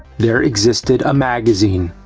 there existed a magazine.